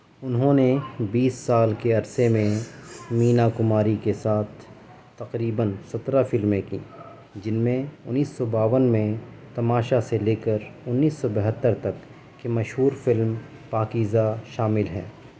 انہوں نے بیس سال کے عرصے میں مینا کماری کے ساتھ تقریباً سترہ فلمیں کیں جن میں انیس سو باون میں تماشا سے لے کر انیس سو بہتر تک کی مشہور فلم پاکیزہ شامل ہیں